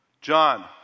John